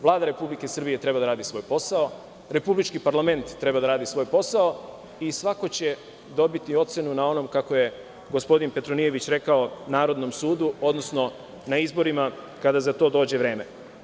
Vlada Republike Srbije treba da radi svoj posao, republički parlament treba da radi svoj posao i svako će dobiti ocenu, kako je gospodin Petronijević rekao na narodnom sudu, odnosno na izborima kada za to dođe vreme.